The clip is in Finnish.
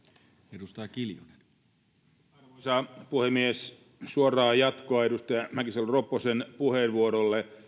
arvoisa puhemies suoraa jatkoa edustaja mäkisalo ropposen puheenvuorolle